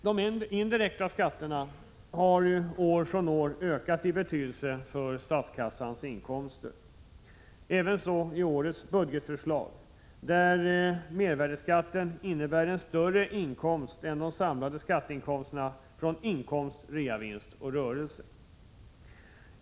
De indirekta skatterna har år från år ökat i betydelse för statskassans inkomster. Så är det även i årets budgetförslag där mervärdesskatten står för en större andel än de samlade inkomsterna av skatt på inkomst, reavinst och rörelse.